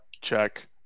check